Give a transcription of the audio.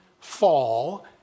fall